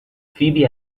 فیبی